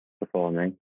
performing